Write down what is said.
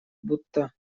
будто